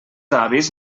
avis